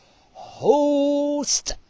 host